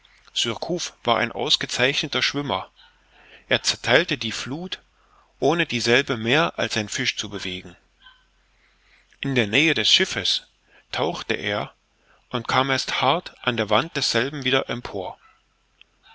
war ein ausgezeichneter schwimmer er zertheilte die fluth ohne dieselbe mehr als ein fisch zu bewegen in der nähe des schiffes tauchte er und kam erst hart an der wand desselben wieder empor